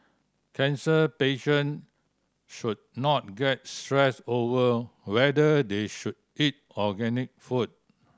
cancer patient should not get stressed over whether they should eat organic food